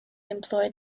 employed